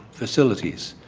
facilities.